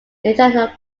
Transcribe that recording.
internal